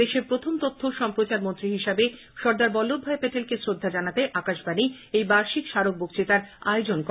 দেশের প্রথম তথ্য ও সম্প্রচার মন্ত্রী হিসাবে সর্দার বল্লভভাই প্যাটেলকে শ্রদ্ধা জানাতে আকাশবাণী এই বার্ষিক স্মারক বক্ততার আয়োজন করে